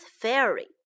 fairy